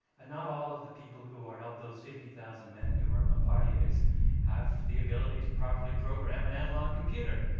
and not all of the people who are of those fifty thousand men who are bombardiers have the ability to properly program an analog computer.